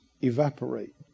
evaporate